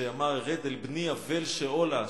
שאמר "ארד אל בני אבל שאולה",